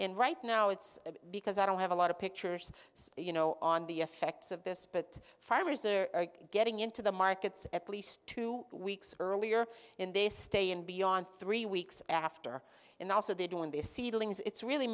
and right now it's because i don't have a lot of pictures you know on the effects of this but farmers are getting into the markets at least two weeks earlier in this state and beyond three weeks after in also they're doing these seedlings it's really